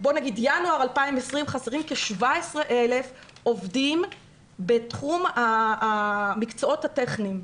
בינואר 2020 חסרו כ-17,000 עובדים בתחום המקצועות הטכניים.